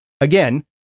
again